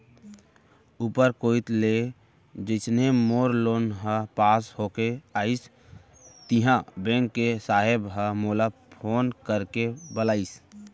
ऊपर कोइत ले जइसने मोर लोन ह पास होके आइस तिहॉं बेंक के साहेब ह मोला फोन करके बलाइस